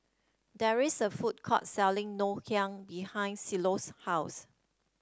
there is a food court selling Ngoh Hiang behind Cielo's house